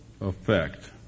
effect